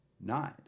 nine